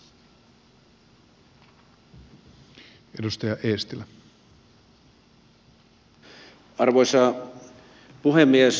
arvoisa puhemies